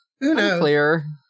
unclear